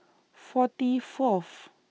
forty Fourth